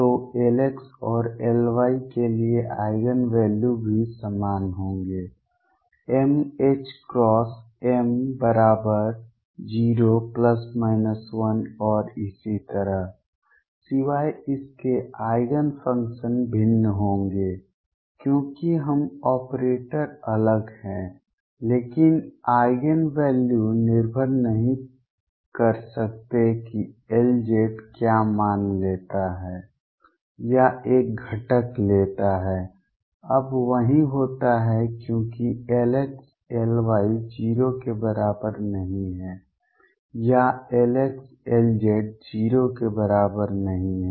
तो Lx और Ly के लिए आइगेन वैल्यू भी समान होंगे m h क्रॉस m बराबर 0 ±1 और इसी तरह सिवाय इसके आइगेन फंक्शन भिन्न होंगे क्योंकि अब ऑपरेटर अलग है लेकिन आइगेन वैल्यू निर्भर नहीं कर सकते कि Lz क्या मान लेता है या एक घटक लेता है अब वही होता है क्योंकि Lx Ly 0 के बराबर नहीं है या Lx Lz 0 के बराबर नहीं है